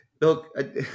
Look